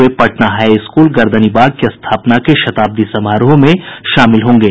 वे Patna high school Gardanibag की स्थापना के शताब्दी समारोह में शामिल होंगे